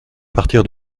partir